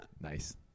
Nice